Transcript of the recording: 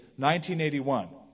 1981